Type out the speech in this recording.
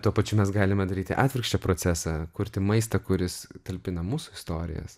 tuo pačiu mes galime daryti atvirkščią procesą kurti maistą kuris talpina mūsų istorijas